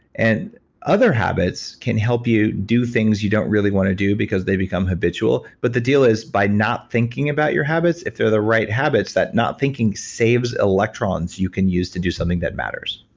and other habits can help you do things you don't really want to do because they become habitual but the deal is by not thinking about your habits, if they're the right habits that not thinking saves electrons you can use to do something that matters.